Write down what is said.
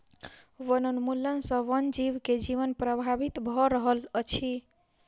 वनोन्मूलन सॅ वन जीव के जीवन प्रभावित भ रहल अछि